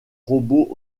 robots